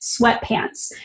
sweatpants